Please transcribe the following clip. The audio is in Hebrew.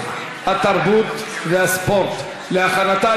של חברת הכנסת שולי מועלם רפאלי וקבוצת חברי הכנסת.